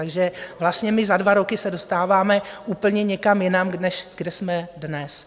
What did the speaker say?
Takže vlastně my za dva roky se dostáváme úplně někam jinam, než kde jsme dnes.